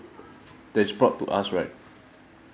that's brought to us right